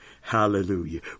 Hallelujah